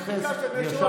מכס.